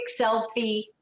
selfie